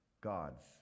God's